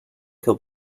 he’ll